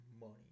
money